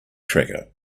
tracker